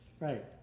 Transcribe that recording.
Right